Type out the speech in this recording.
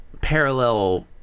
parallel